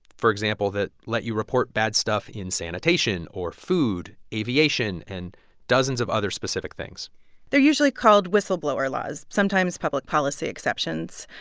for example, that let you report bad stuff in sanitation or food, aviation and dozens of other specific things they're usually called whistleblower laws sometimes public policy exceptions.